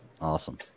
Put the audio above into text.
Awesome